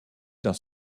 dans